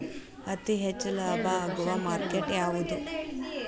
ಅತಿ ಹೆಚ್ಚು ಲಾಭ ಆಗುವ ಮಾರ್ಕೆಟ್ ಯಾವುದು?